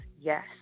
Yes